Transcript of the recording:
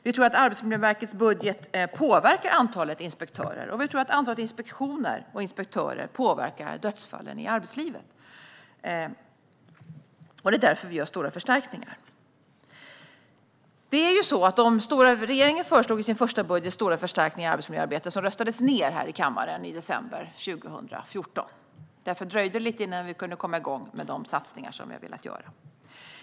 Vi tror att Arbetsmiljöverkets budget påverkar antalet inspektörer, och vi tror att antalet inspektioner och inspektörer påverkar dödsfallen i arbetslivet. Det är därför vi gör stora förstärkningar. Regeringen föreslog i sin första budget stora förstärkningar av arbetsmiljöarbetet som röstades ned här i kammaren i december 2014. Därför dröjde det lite innan vi kunde komma igång med de satsningar som vi har velat göra.